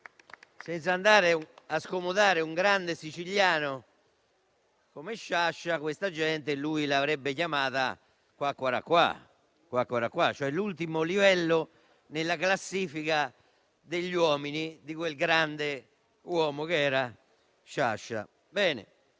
Senza scomodare un grande siciliano come Sciascia, questa gente lui l'avrebbe chiamata "quaquaraquà", ponendoli cioè all'ultimo livello nella classifica degli uomini di quel grande uomo che era Sciascia.